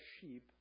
sheep